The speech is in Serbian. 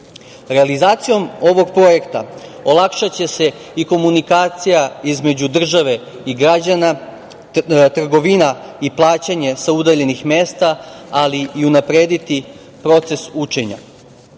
regiona. Realizacijom ovog projekta olakšaće se i komunikacija između države i građana, trgovina i plaćanje sa udaljenih mesta, ali i unaprediti proces učenja.